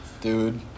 Dude